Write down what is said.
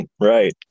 Right